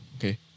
okay